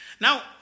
Now